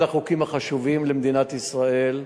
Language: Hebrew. אחד החוקים החשובים למדינת ישראל.